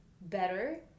better